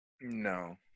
No